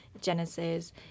Genesis